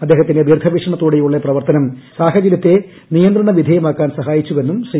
അദ്ദേഹത്തിന്റെ ദീർഘവീക്ഷണത്തോടെയുള്ള പ്രവർത്തനം സാഹചര്യത്തെ നിയന്ത്രണവിധേയമാക്കാൻ സഹായിച്ചുവെന്നും ശ്രീ